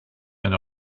and